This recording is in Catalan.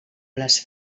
les